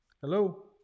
Hello